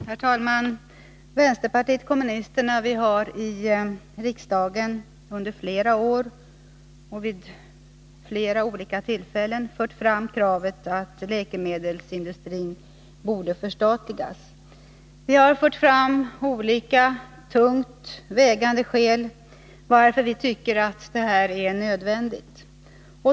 Herr talman! Vänsterpartiet kommunisterna har i riksdagen under flera år och vid flera olika tillfällen fört fram kravet att läkemedelsindustrin skall förstatligas. Vi har anfört olika, tungt vägande skäl till att vi tycker att detta är nödvändigt.